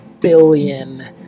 billion